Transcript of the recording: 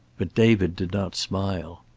but david did not smile.